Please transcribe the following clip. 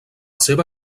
seva